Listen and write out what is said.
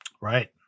Right